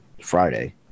Friday